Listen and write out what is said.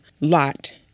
Lot